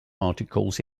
articles